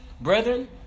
Brethren